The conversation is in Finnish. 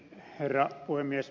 herra puhemies